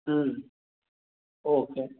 ம் ஓகே